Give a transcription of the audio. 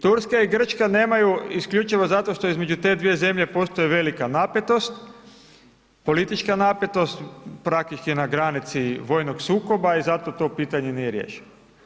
Turska i Grčka nemaju isključivo zato što između te dvije zemlje postoji velika napetost, politička napetost, praktički je na granici vojnog sukoba i zato to pitanje nije riješeno.